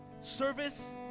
service